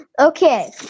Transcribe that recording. Okay